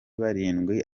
barindwi